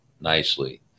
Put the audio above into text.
nicely